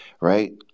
Right